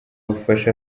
bubasha